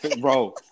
bro